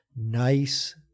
nice